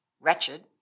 wretched